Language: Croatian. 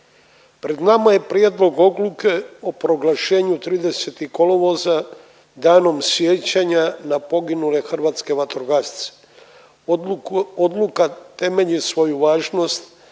Pred nama je prijedlog odluke o proglašenju 30. kolovoza Danom sjećanja na poginule hrvatske vatrogasce. Odluka temelji svoju važnost